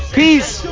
peace